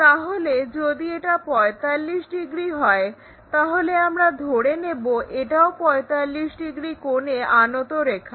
তাহলে যদি এটা 45° হয় তাহলে আমরা ধরে নেব এটাও 45 ডিগ্রি কোণে আনত রেখা